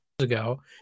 ago